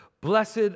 blessed